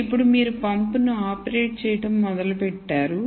ఇప్పుడు మీరు పంపును ఆపరేట్ చేయడం మొదలుపెట్టారు